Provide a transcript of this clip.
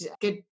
good